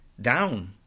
down